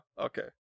okay